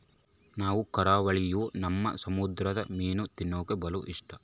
ನಾವು ಕರಾವಳಿರೂ ನಮ್ಗೆ ಸಮುದ್ರ ಮೀನು ತಿನ್ನಕ ಬಲು ಇಷ್ಟ